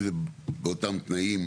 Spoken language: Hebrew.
אם זה באותם תנאים,